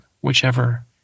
whichever